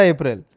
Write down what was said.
April